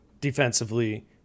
defensively